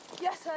Yes